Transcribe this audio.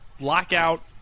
lockout